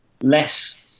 less